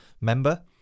member